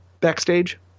backstage